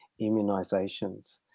immunizations